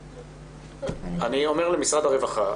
אני אומר למשרד הרווחה,